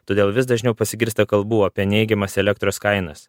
todėl vis dažniau pasigirsta kalbų apie neigiamas elektros kainas